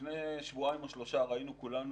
לפני שבועיים או שלושה ראינו כולנו,